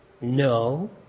no